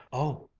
oh,